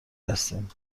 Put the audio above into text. هستیم